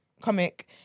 comic